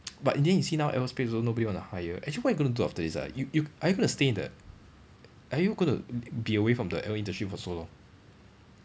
but in the end you see now aerospace also nobody want to hire actually what you gonna do after this ah you you are you going to stay in the are you going to be away from the aero industry for so long